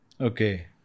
Okay